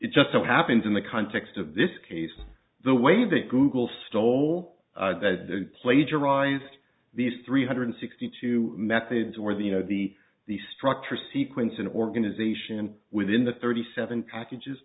just so happens in the context of this case and the way that google stole the plagiarized these three hundred sixty two methods or the you know the the structure sequence in organization within the thirty seven packages